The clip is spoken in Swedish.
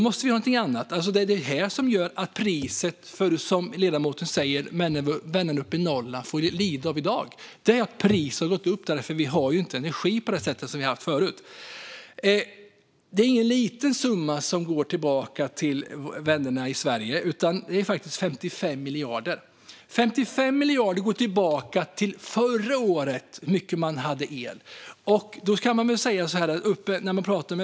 Det är detta som gör att vännerna uppe i Norrland, som ledamoten talar om, får lida i dag. Priset har ju gått upp för att vi inte har tillgång till energi på samma sätt som förut. Det är ingen liten summa som går tillbaka till vännerna i Sverige. Det är faktiskt 55 miljarder som går tillbaka, baserat på hur mycket el man förbrukade förra året.